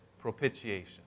propitiation